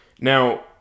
now